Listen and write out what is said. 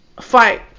fight